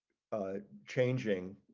ah changing,